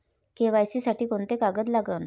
KYC साठी कोंते कागद लागन?